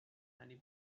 many